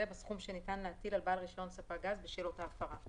בסכום שניתן להטיל על בעל רישיון ספק הגז בשל אותה הפרה.